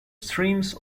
streams